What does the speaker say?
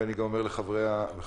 ואני גם אומר לחברי הוועדה,